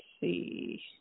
see